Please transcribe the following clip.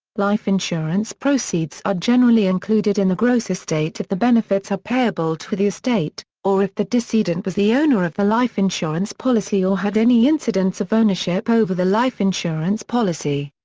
life insurance proceeds are generally included in the gross estate if the benefits are payable to the estate, or if the decedent was the owner of the life insurance policy or had any incidents of ownership over the life insurance policy.